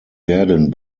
werden